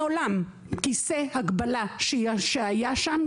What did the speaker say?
מעולם כיסא הגבלה שהיה שם,